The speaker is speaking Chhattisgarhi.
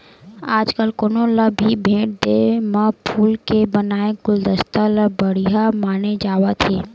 आजकाल कोनो ल भी भेट देय म फूल के बनाए गुलदस्ता ल बड़िहा माने जावत हे